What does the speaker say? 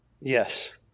yes